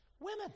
women